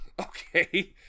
Okay